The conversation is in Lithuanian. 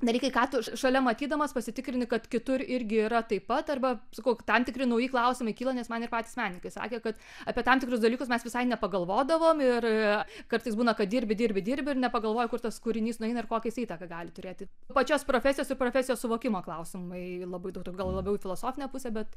dar ir ką tu šalia matydamas pasitikrini kad kitur irgi yra taip pat arba sakau tam tikri nauji klausimai kyla nes man ir patys menininkai sakė kad apie tam tikrus dalykus mes visai nepagalvodavom ir kartais būna kad dirbi dirbi dirbi ir nepagalvoji kur tas kūrinys nueina ir kokią jis įtaką gali turėti pačios profesijos ir profesijos suvokimo klausimai labai daug gal labiau į filosofinę pusę bet